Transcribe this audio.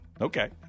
Okay